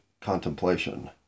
contemplation